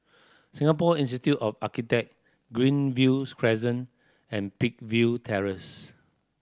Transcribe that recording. Singapore Institute of Architect Greenviews Crescent and Peakville Terrace